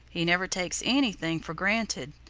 he never takes anything for granted.